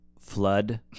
Flood